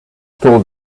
told